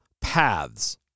paths